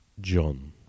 John